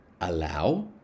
allow